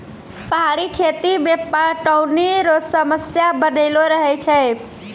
पहाड़ी खेती मे पटौनी रो समस्या बनलो रहै छै